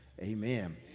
amen